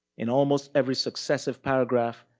in almost every successive paragraph,